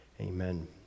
amen